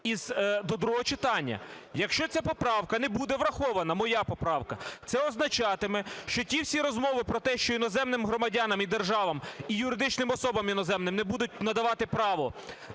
до другого читання. Якщо ця поправка не буде врахована, моя поправка, це означатиме, що ті всі розмови про те, що іноземним громадянам і державам, і юридичним особам іноземним не будуть надавати право